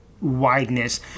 wideness